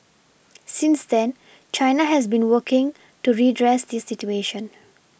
since then China has been working to redress this situation